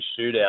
shootout